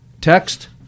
text